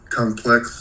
complex